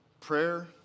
prayer